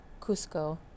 Cusco